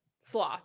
sloth